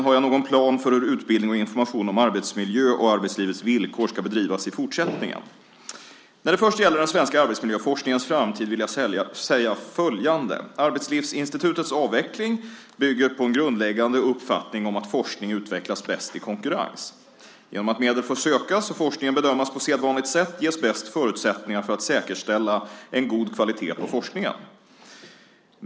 Har jag någon plan för hur utbildning och information om arbetsmiljö och arbetslivets villkor ska bedrivas i fortsättningen? När det först gäller den svenska arbetsmiljöforskningens framtid vill jag säga följande. Arbetslivsinstitutets avveckling bygger på en grundläggande uppfattning om att forskning utvecklas bäst i konkurrens. Genom att medel får sökas och forskningen bedömas på sedvanligt sätt ges bäst förutsättningar för att säkerställa en god kvalitet på forskningen.